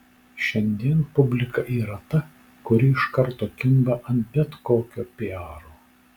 šiandien publika yra ta kuri iš karto kimba ant bet kokio piaro